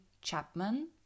Chapman